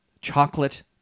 chocolate